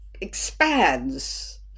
expands